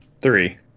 Three